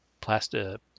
plastic